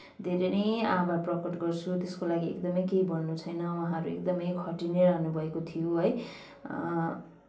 धेरै नै आभार प्रकट गर्छु त्यसको लागि एकदमै केही भन्नु छैन उहाँहरू एकदमै खटिनै रहनुभएको थियो है